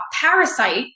parasite